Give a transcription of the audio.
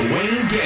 Wayne